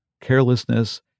carelessness